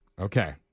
Okay